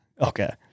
Okay